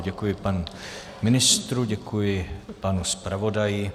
Děkuji panu ministru, děkuji panu zpravodaji.